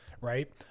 right